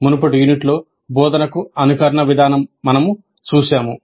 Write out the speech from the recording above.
మునుపటి యూనిట్లో బోధనకు అనుకరణ విధానం మనము చూశాము